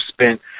spent